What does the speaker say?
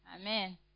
Amen